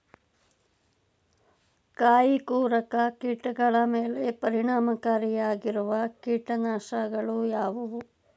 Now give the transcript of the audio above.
ಕಾಯಿಕೊರಕ ಕೀಟಗಳ ಮೇಲೆ ಪರಿಣಾಮಕಾರಿಯಾಗಿರುವ ಕೀಟನಾಶಗಳು ಯಾವುವು?